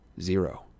Zero